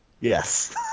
Yes